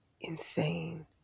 insane